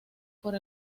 por